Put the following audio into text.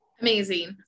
Amazing